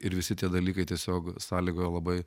ir visi tie dalykai tiesiog sąlygoja labai